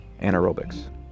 anaerobics